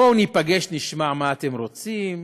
בואו ניפגש ונשמע מה אתם רוצים.